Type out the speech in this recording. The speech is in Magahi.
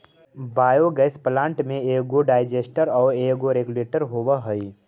बायोगैस प्लांट में एगो डाइजेस्टर आउ एगो रेगुलेटर होवऽ हई